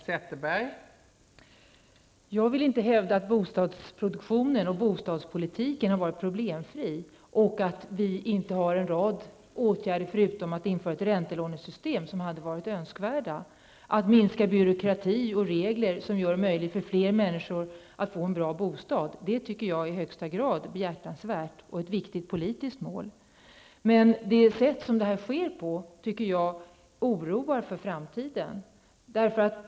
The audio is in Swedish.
Fru talman! Jag vill inte hävda att bostadsproduktionen och bostadspolitiken har varit problemfria områden eller att det inte skulle behövas en rad åtgärder -- förutom införandet av räntelånesystemet. Det gäller då önskvärda åtgärder för att minska byråkrati och regleringar för att på det sättet göra det möjligt för människor att få en bra bostad. Det tycker jag vore i högsta grad behjärtansvärt, och dessutom är det ett viktigt politiskt mål. Men det sätt på vilket det hela sker tycker jag inger oro för framtiden.